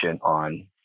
on –